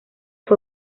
fue